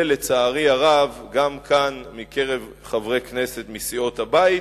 ולצערי הרב, גם כאן מקרב חברי כנסת מסיעות הבית,